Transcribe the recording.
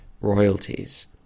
royalties